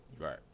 Right